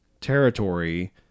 territory